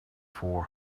four